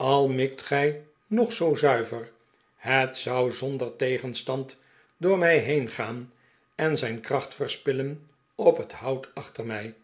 a mikt gij nog zoo zuiver hij zou zonder tegenstand door mij heengaan en zijn kracht verspillen op het hout achter mij